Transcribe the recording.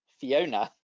Fiona